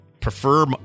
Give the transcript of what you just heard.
prefer